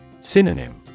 Synonym